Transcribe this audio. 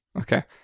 okay